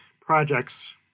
projects